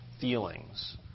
feelings